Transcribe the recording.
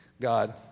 God